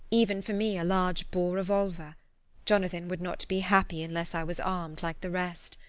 even for me a large-bore revolver jonathan would not be happy unless i was armed like the rest.